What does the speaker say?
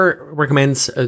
recommends